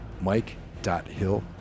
Mike.Hill